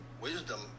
wisdom